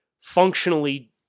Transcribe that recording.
functionally